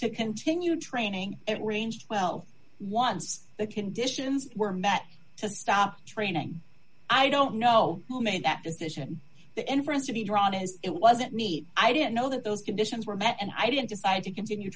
to continue training range well once the conditions were met to stop training i don't know who made that decision the inference to be drawn is it wasn't neat i didn't know that those conditions were met and i didn't decide to continue